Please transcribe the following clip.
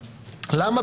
למה?